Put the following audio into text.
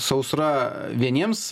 sausra vieniems